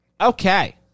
Okay